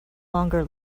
longer